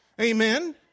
Amen